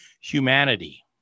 humanity